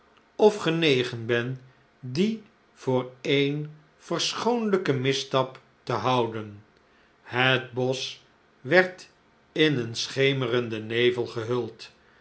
of genegen ben die voor een verschoonlijken misstap te houden het bosch werd in een schemerenden nevel gehuld